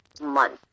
month